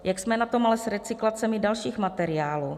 Jak jsme na tom ale s recyklacemi dalších materiálů?